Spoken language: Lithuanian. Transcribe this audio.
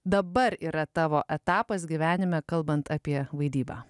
dabar yra tavo etapas gyvenime kalbant apie vaidybą